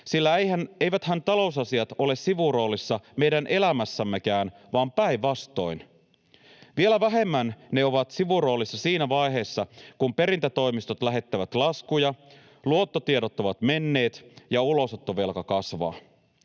sillä eiväthän talousasiat ole sivuroolissa meidän elämässämmekään — vaan päinvastoin. Vielä vähemmän ne ovat sivuroolissa siinä vaiheessa, kun perintätoimistot lähettävät laskuja, luottotiedot ovat menneet ja ulosottovelka kasvaa.